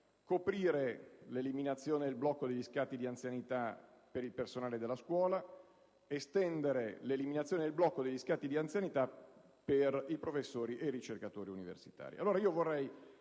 coprire l'eliminazione del blocco degli scatti di anzianità per il personale della scuola; estendere l'eliminazione del blocco degli scatti di anzianità per i professori ricercatori universitari.